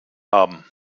haben